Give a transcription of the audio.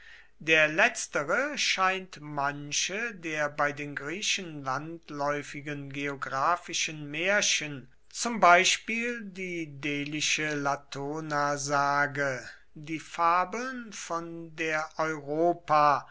der letztere scheint manche der bei den griechen landläufigen geographischen märchen zum beispiel die delische latonasage die fabeln von der europa